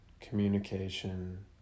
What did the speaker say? communication